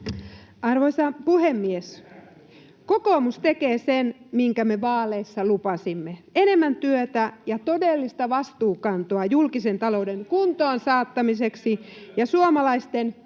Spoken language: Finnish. Arvoisa puhemies! Kokoomus tekee sen, minkä me vaaleissa lupasimme: enemmän työtä ja todellista vastuunkantoa julkisen talouden kuntoon saattamiseksi [Vasemmalta: Enemmän